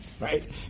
right